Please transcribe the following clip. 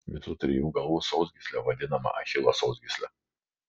visų trijų galvų sausgyslė vadinama achilo sausgysle